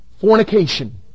fornication